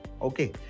okay